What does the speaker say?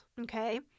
okay